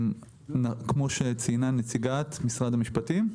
כמו שציינה נציגת משרד המשפטים,